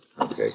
Okay